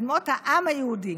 אדמות העם היהודי.